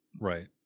Right